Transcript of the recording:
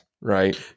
Right